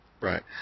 Right